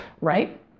right